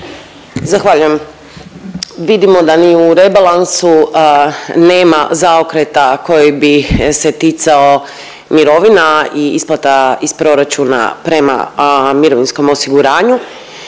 Zahvaljujem. Vidimo da ni u rebalansu nema zaokreta koji bi se ticao mirovina i isplata iz proračuna prema mirovinskom osiguranju